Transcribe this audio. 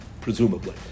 presumably